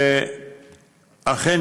אכן,